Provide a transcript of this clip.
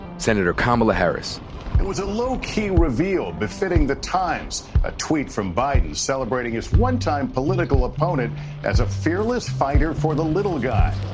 senator kamala harris. it was a low-key reveal befitting the times, a tweet from biden celebrating his one-time political opponent as a fearless fighter for the little guy.